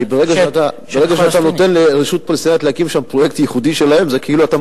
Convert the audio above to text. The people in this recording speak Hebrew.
ברגע שאתה נותן לרשות הפלסטינית להקים שם פרויקט ייחודי שלהם,